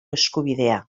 eskubidea